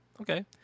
Okay